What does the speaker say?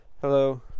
Hello